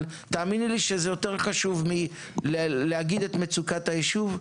תאמיני לי שזה יותר מלומר את מצוקת היישוב.